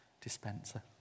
dispenser